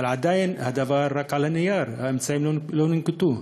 אבל עדיין הדבר רק על הנייר, האמצעים לא ננקטו.